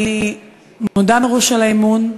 אני מודה מראש על האמון,